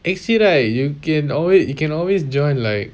I see right you can always you can always join like